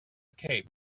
cape